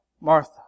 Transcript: Martha